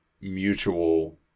mutual